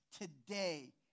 today